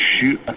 shoot